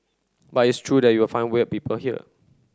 but it's true that you'll find weird people here